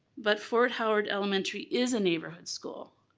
but fort howard elementary is a neighborhood school